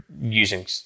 using